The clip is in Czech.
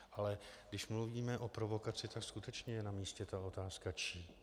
Ale když mluvíme o provokaci, tak skutečně je namístě otázka čí.